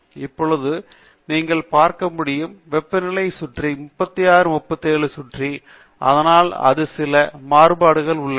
இப்போது நீங்கள் பார்க்க முடியும் என வெப்பநிலை ஒரு சுற்றி 36 37 சுற்றி மற்றும் அதனால் அது சில மாறுபாடு உள்ளது